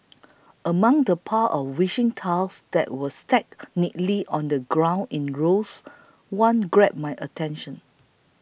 among the pile of wishing tiles that were stacked neatly on the ground in rows one grabbed my attention